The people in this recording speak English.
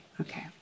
Okay